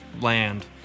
land